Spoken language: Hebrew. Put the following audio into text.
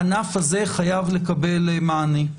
הענף הזה חייב לקבל מענה.